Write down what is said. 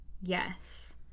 Yes